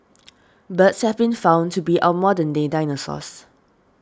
birds have been found to be our modern day dinosaurs